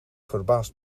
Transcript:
verbaast